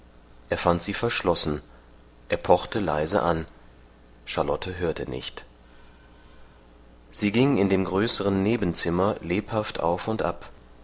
er fand sie verschlossen er pochte leise an charlotte hörte nicht sie ging in dem größeren nebenzimmer lebhaft auf und ab